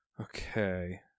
Okay